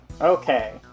Okay